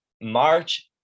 March